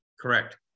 Correct